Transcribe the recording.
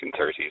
1930s